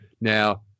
Now